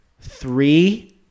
three